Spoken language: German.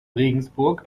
regensburg